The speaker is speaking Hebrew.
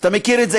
אתה מכיר את זה,